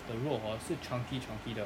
the 肉 hor 是 chunky chunky 的